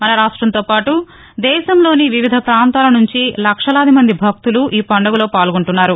మస రాష్టంతోపాటుదేశంలోని వివిధ ప్రాంతాలనుంచి లక్షలాది మంది భక్తులు ఈ పండుగలో పాల్గొంటున్నారు